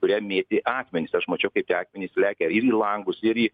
kurie mėtė akmenis aš mačiau kaip tie akmenys lekia į langus ir į